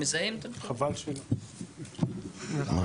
יש